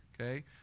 okay